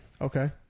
Okay